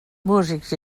músics